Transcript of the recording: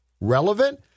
relevant